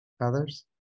Others